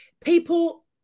people